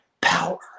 power